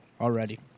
already